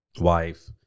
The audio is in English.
wife